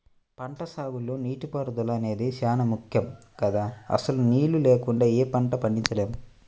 పంటసాగులో నీటిపారుదల అనేది చానా ముక్కెం గదా, అసలు నీళ్ళు లేకుండా యే పంటా పండించలేము